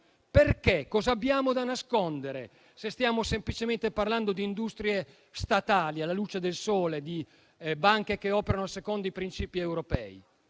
perché? Cosa abbiamo da nascondere, se stiamo semplicemente parlando di industrie statali, alla luce del sole, di banche che operano secondo i principi europei?